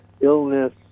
illness